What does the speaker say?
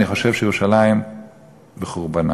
אני חושב שירושלים בחורבנה.